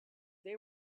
they